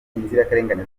inzirakarengane